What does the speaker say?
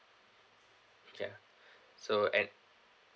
ya so and